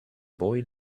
boy